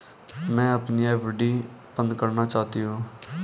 मैं अपनी एफ.डी बंद करना चाहती हूँ